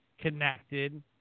connected